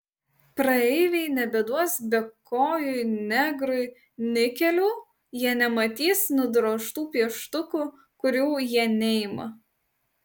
praeiviai nebeduos bekojui negrui nikelių jie nematys nudrožtų pieštukų kurių jie neima